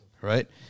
right